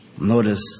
Notice